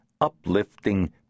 uplifting